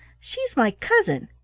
she's my cousin.